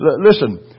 listen